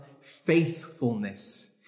faithfulness